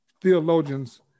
theologians